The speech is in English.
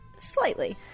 slightly